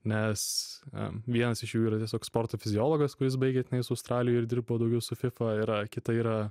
nes ee vienas iš jų yra tiesiog sporto fiziologas kuris baigė tenais australijoje ir dirbo daugiau su fifa yra kita yra